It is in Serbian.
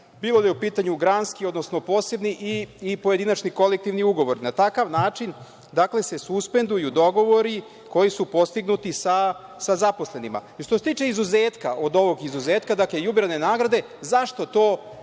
bilo da je u pitanju granski odnosno posebni ili pojedinačni, kolektivni ugovor. Na takav način suspenduju se dogovori koji su postignuti sa zaposlenima. Što se tiče izuzetka od ovog izuzetka, dakle, jubilarne nagrade, zašto to Vlada radi?